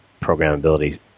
programmability